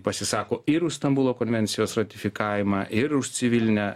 pasisako ir už stambulo konvencijos ratifikavimą ir už civilinę